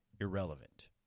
irrelevant